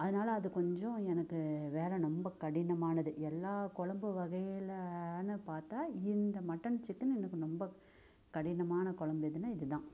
அதனால அது கொஞ்சம் எனக்கு வேலை ரொம்ப கடினமானது எல்லா கொழம்பு வகையிலனு பார்த்தா இந்த மட்டன் சிக்கன் எனக்கு ரொம்ப கடினமான கொழம்பு எதுன்னா இது தான்